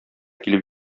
килеп